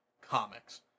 comics